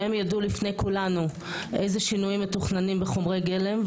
והם יידעו לפני כולנו אילו שינויים מתוכננים בחומרי גלם.